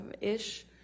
ish